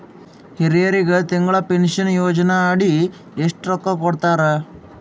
ಹಿರಿಯರಗ ತಿಂಗಳ ಪೀನಷನಯೋಜನ ಅಡಿ ಎಷ್ಟ ರೊಕ್ಕ ಕೊಡತಾರ?